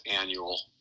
annual